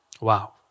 Wow